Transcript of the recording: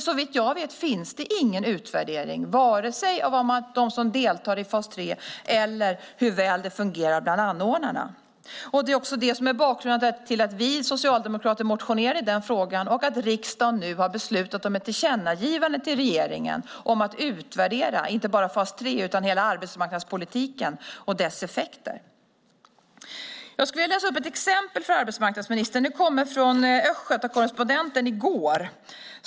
Såvitt jag vet finns det ingen utvärdering vare sig av vad de som deltar i fas 3 tycker eller av hur väl det fungerar bland anordnarna. Det är det som är bakgrunden till att vi socialdemokrater motionerade i den frågan och att riksdagen nu har beslutat om ett tillkännagivande till regeringen om att man ska utvärdera inte bara fas 3 utan hela arbetsmarknadspolitiken och dess effekter. Jag skulle vilja läsa upp ett exempel för arbetsmarknadsministern. Det kommer från Östgöta Correspondenten i går.